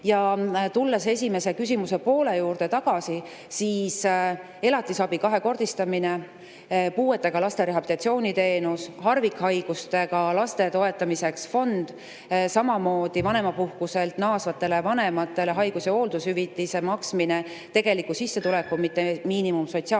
Tulles esimese küsimusepoole juurde tagasi, siis elatisabi kahekordistamine, puuetega laste rehabilitatsiooniteenus, harvikhaigustega laste toetamise fond, samamoodi vanemapuhkuselt naasvatele vanematele haigus‑ ja hooldushüvitise maksmine tegeliku sissetuleku, mitte minimaalse